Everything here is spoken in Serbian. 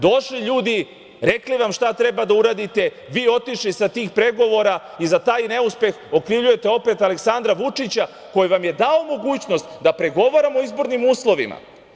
Došli ljudi, rekli nam šta treba da uradite, vi otišli sa tih pregovora i za taj neuspeh okrivljujete opet Aleksandra Vučića, koji vam je dao mogućnost da pregovaramo o izbornim uslovima.